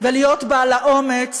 ולהיות בעל האומץ